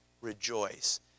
rejoice